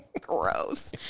Gross